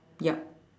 yup